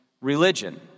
religion